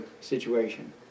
situation